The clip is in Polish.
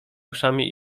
uszami